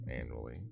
annually